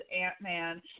Ant-Man